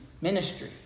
ministry